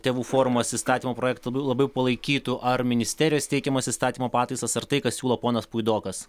tėvų forumas įstatymo projektą labiau palaikytų ar ministerijos teikiamas įstatymo pataisas ar tai ką siūlo ponas puidokas